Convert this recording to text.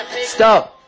stop